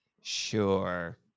Sure